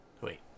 Wait